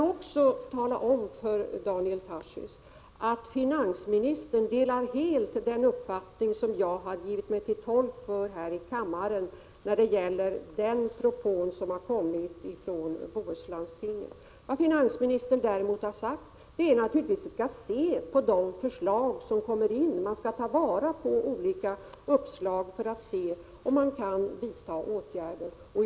Men jag kan tala om för Daniel Tarschys att finansministern helt delar den uppfattning som jag framfört här i kammaren när det gäller den propå som kommit från Bohusläns landsting. Vad finansministern har sagt är att man skall se över de förslag som kommer in och ta vara på olika uppslag för att se vilka åtgärder som kan vidtas.